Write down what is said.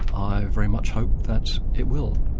i very much hope that it will.